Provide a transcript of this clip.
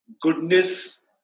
goodness